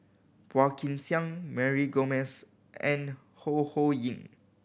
Phua Kin Siang Mary Gomes and Ho Ho Ying